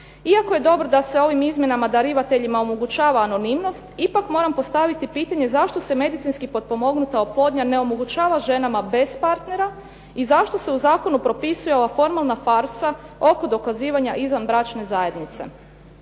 iako je dobro da se ovim izmjenama darivateljima omogućava anonimnost ipak moram postaviti pitanje zašto se medicinski potpomognuta oplodnja ne omogućava ženama bez partnera i zašto se u zakonu propisuje ova formalna farsa oko dokazivanja izvanbračne zajednice.